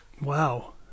Wow